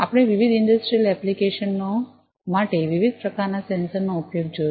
આપણે વિવિધ ઇંડસ્ટ્રિયલ એપ્લિકેશ નો માટે વિવિધ પ્રકારના સેન્સરના ઉપયોગ જોયો